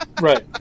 Right